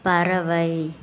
பறவை